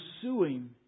pursuing